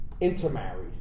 intermarried